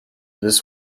this